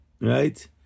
right